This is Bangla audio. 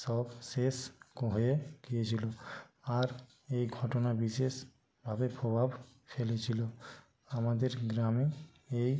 সব শেষ হয়ে গিয়েছিল আর এই ঘটনা বিশেষভাবে প্রভাব ফেলেছিল আমাদের গ্রামে এই